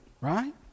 right